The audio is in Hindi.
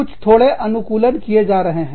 कुछ थोड़े अनुकूलन किए जा रहे हैं